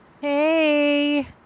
hey